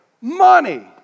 Money